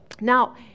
Now